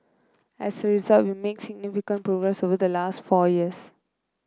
as a result we made significant progress over the last four years